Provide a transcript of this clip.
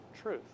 truth